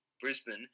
Brisbane